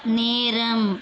நேரம்